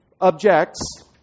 objects